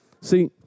See